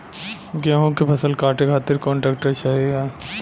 गेहूँक फसल कांटे खातिर कौन ट्रैक्टर सही ह?